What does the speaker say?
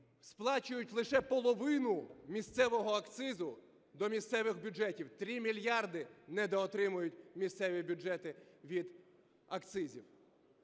сплачують лише половину місцевого акцизу до місцевих бюджетів, 3 мільярди недоотримують місцеві бюджети від акцизів.